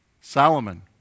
Solomon